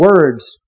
words